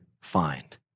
find